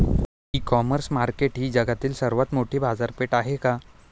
इ commerce market ही जगातील सर्वात मोठी बाजारपेठ आहे का?